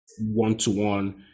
one-to-one